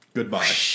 Goodbye